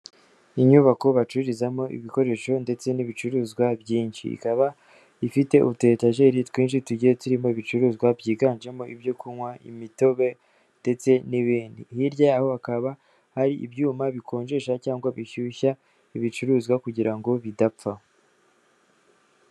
Inyubako bacururizamo ibikoresho ndetse n'ibicuruzwa byinshi. Ikaba ifite utuyetajeri twinshi tugiye turimo ibicuruzwa byiganjemo ibyo kunywa, imitobe ndetse n'ibindi. Hirya yaho hakaba hari ibyuma bikonjesha cyangwa bishyushya ibicuruzwa kugira ngo bidapfa.